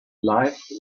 life